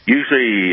Usually